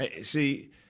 See